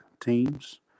teams